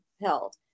held